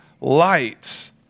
light